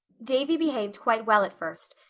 davy behaved quite well at first,